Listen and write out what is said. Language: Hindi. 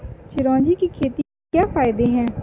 चिरौंजी की खेती के क्या फायदे हैं?